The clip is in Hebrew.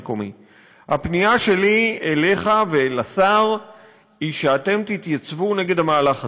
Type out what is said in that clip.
הפנייה שלי אליך ואל השר היא שאתם תתייצבו נגד המהלך הזה,